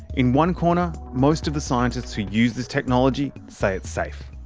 in one corner, most of the scientists who use this technology say it's safe.